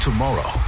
Tomorrow